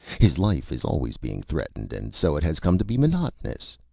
his life is always being threatened, and so it has come to be monotonous.